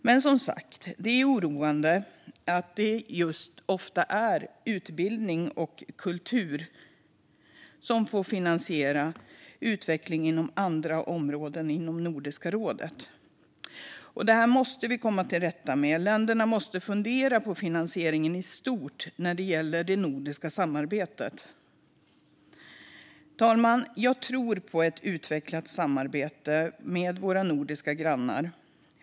Men det är som sagt oroande att det ofta är just utbildning och kultur som får finansiera utveckling på andra områden inom Nordiska rådet. Det måste man komma till rätta med. Länderna måste fundera på finansieringen i stort när det gäller det nordiska samarbetet. Fru talman! Jag tror på ett utvecklat samarbete med våra nordiska grannar.